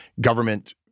government—